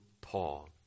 Paul